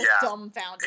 dumbfounded